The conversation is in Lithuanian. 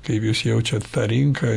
kaip jūs jaučiat tą rinką